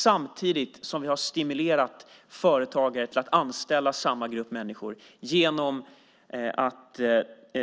Samtidigt har vi stimulerat företagare att anställa samma grupp människor genom att